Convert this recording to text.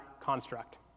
construct